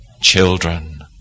children